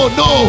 no